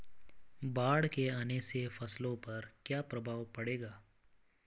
बाढ़ के आने से फसलों पर क्या प्रभाव पड़ेगा?